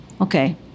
okay